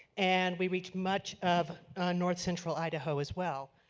and we reach much of north central idaho as well.